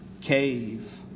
cave